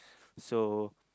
so